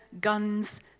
guns